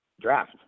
draft